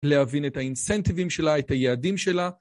להבין את האינסנטיבים שלה, את היעדים שלה.